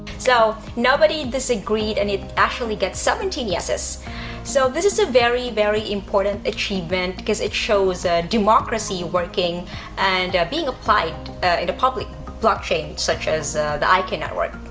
so nobody disagreed and it actually gets seventeen yeses so this is a very very important achievement because it shows a democracy working and being applied in a public blockchain such as the icon network.